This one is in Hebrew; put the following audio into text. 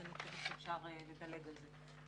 אז אני חושבת שאפשר לדלג על זה.